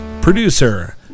producer